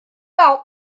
out